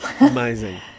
Amazing